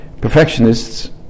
Perfectionists